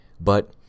But